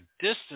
distance